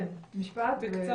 משפט אחד.